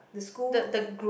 the school